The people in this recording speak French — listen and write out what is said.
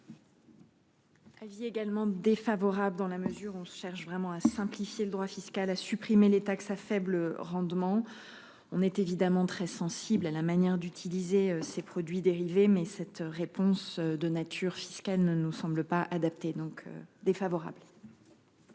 Avis également défavorable dans la mesure où on cherche vraiment à simplifier le droit fiscal à supprimer les taxes à faible rendement. On est évidemment très sensible à la manière d'utiliser ces produits dérivés, mais cette réponse de nature fiscale ne nous semble pas adaptée donc défavorable.